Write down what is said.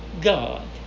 God